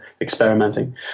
experimenting